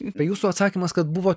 be jūsų sakymas kad buvo